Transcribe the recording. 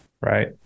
Right